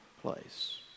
place